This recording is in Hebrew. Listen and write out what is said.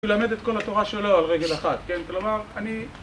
...ללמד את כל התורה שעולה על רגל אחת, כן? כלומר, אני...